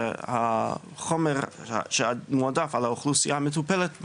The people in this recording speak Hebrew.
החומר שמועדף על האוכלוסייה המטופלת,